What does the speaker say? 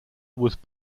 was